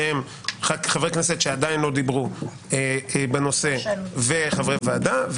שהם חברי כנסת שעדיין לא דיברו בנושא וחברי ועדה,